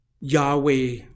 Yahweh